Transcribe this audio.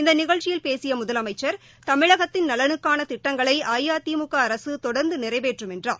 இந்த நிகழ்ச்சியில் பேசிய முதலமைச்ச் தமிழகத்தின் நலனுக்கான திட்டங்களை அஇஅதிமுக அரசு தொடர்ந்து நிறைவேற்றும் என்றார்